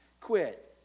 Quit